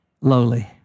lowly